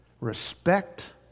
respect